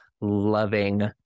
loving